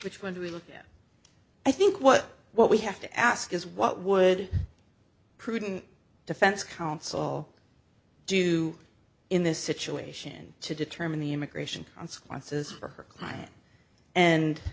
which when we look at i think what what we have to ask is what would prudent defense counsel do in this situation to determine the immigration consequences for her client and